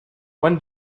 when